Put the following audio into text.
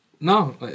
no